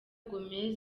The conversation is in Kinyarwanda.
gomez